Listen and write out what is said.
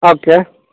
okay